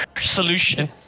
solution